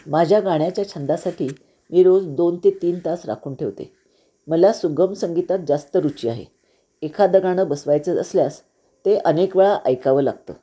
माझ्या गाण्याच्या छंदासाठी मी रोज दोन ते तीन तास राखून ठेवते मला सुगम संगीतात जास्त रुची आहे एखादं गाणं बसवायचं असल्यास ते अनेक वेळा ऐकावं लागतं